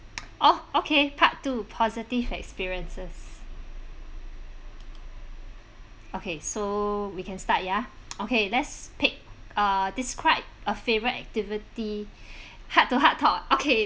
oh okay part two positive experiences okay so we can start ya okay let's pick uh describe a favourite activity heart to heart talk okay